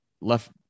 Left